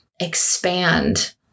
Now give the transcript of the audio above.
expand